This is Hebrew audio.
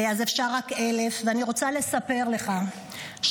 אז אפשר רק 1,000. ואני רוצה לספר לך שאמש,